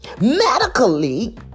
medically